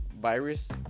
virus